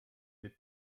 n’est